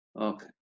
Okay